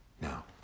Now